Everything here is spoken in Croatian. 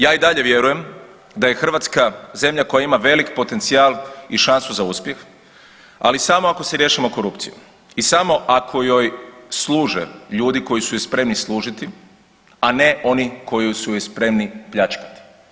Ja i dalje vjerujem da je Hrvatska zemlja koja ima velik potencijal i šansu za uspjeh, ali samo ako se riješimo korupcije i samo ako joj služe ljudi koji su joj spremni služiti, a ne oni koji su ju spremni pljačkati.